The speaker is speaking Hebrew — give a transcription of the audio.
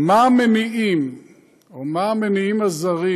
מה המניעים הזרים